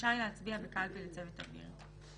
רשאי להצביע בקלפי לצוות אוויר.